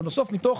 אבל בסוף מתוך,